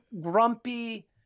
grumpy